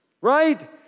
right